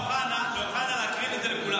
צריך להגיד לאוחנה שיקרין את זה לכולם.